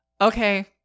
Okay